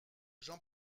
jean